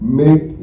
make